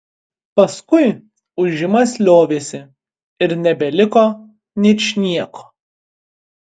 paskui ūžimas liovėsi ir nebeliko ničnieko